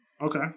Okay